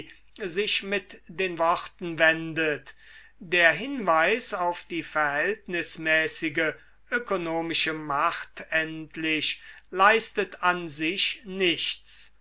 sich mit den worten wendet der hinweis auf die verhältnismäßige ökonomische macht endlich leistet an sich nichts